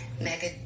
Mega